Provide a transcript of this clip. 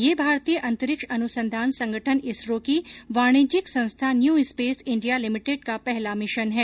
यह भारतीय अंतरिक्ष अनुसंधान संगठन इसरो की वाणिज्यिक संस्था न्यू स्पेस इंडिया लिमिटेड का पहला मिशन है